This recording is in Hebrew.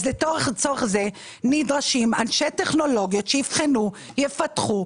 לצורך זה נדרשים אנשי טכנולוגיות שיבחנו, יפתחו.